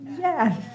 yes